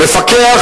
מפקח,